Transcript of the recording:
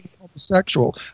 homosexual